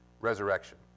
resurrection